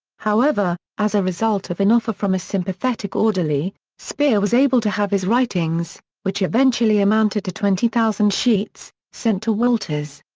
however, as a result of an offer from a sympathetic orderly, speer was able to have his writings, which eventually amounted to twenty thousand sheets, sent to wolters.